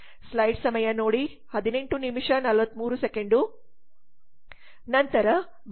ನಂತರ ಬೇಡಿಕೆ ಮತ್ತು ಪೂರೈಕೆಯ ಸ್ವರೂಪವನ್ನು ಆಧರಿಸಿ